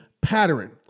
pattern